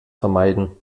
vermeiden